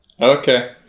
Okay